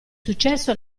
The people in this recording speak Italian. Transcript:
successo